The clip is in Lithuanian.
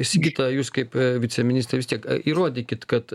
sigita jūs kaip viceministrė vis tiek įrodykit kad